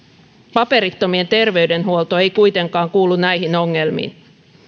paperittomien terveydenhuolto ei kuitenkaan kuulu näihin ongelmiin